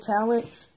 talent